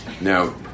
Now